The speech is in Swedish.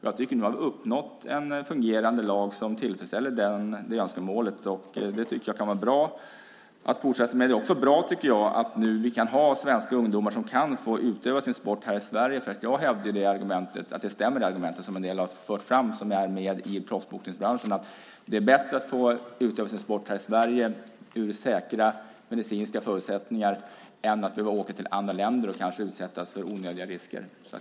Jag tycker att vi har uppnått en fungerande lag som tillfredsställer det önskemålet. Det tycker jag kan vara bra att fortsätta med. Det är också bra, tycker jag, att svenska ungdomar kan få utöva sin sport här i Sverige. Jag hävdar att det argument stämmer som en del av dem som är med i proffsboxningsbranschen har fört fram, nämligen att det är bättre att få utöva sin sport här i Sverige utifrån säkra medicinska förutsättningar än att behöva åka till andra länder och kanske utsättas för onödiga risker.